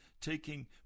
taking